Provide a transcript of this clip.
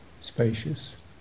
spacious